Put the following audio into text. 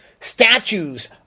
Statues